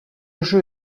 jeu